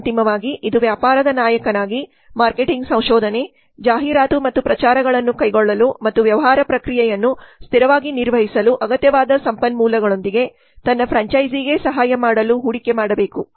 ಅಂತಿಮವಾಗಿ ಇದು ವ್ಯಾಪಾರದ ನಾಯಕನಾಗಿ ಮಾರ್ಕೆಟಿಂಗ್ ಸಂಶೋಧನೆ ಜಾಹೀರಾತು ಮತ್ತು ಪ್ರಚಾರಗಳನ್ನು ಕೈಗೊಳ್ಳಲು ಮತ್ತು ವ್ಯವಹಾರ ಪ್ರಕ್ರಿಯೆಯನ್ನು ಸ್ಥಿರವಾಗಿ ನಿರ್ವಹಿಸಲು ಅಗತ್ಯವಾದ ಸಂಪನ್ಮೂಲಗಳೊಂದಿಗೆ ತನ್ನ ಫ್ರ್ಯಾಂಚೈಸೀಗೆ ಸಹಾಯ ಮಾಡಲು ಹೂಡಿಕೆ ಮಾಡಬೇಕು